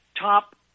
top